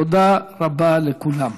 תודה רבה לכולם.